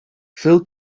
phil